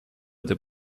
été